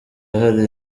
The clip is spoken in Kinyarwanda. hari